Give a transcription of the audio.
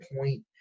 point